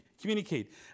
Communicate